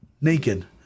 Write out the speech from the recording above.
naked